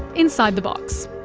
inside the box